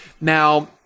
Now